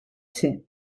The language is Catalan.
ser